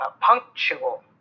punctual